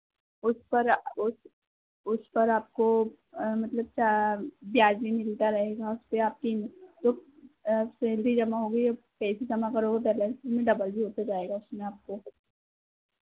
उस पर उस उस पर आपको मतलब ब्याज भी मिलता रहेगा उससे आपकी जो सेलेरी जमा होगी जो पैसे जमा करोगे तो में डबल भी होता जाएगा उसमें आपको